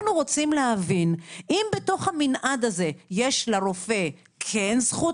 אנחנו רוצים להבין: האם בתוך המנעד הזה יש לרופא כן זכות